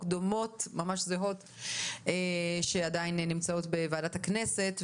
ממש זהות שעדיין נמצאות בוועדת הכנסת,